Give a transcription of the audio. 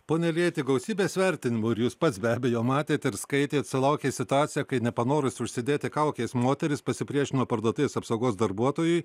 pone iljeiti gausybės vertinimų ir jūs pats be abejo matėt ir skaitėt sulaukė situacija kai nepanorusi užsidėti kaukės moteris pasipriešino parduotuvės apsaugos darbuotojui